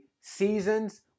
seasons